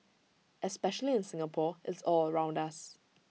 especially in Singapore it's all around us